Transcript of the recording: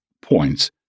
points